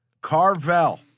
Carvel